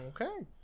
Okay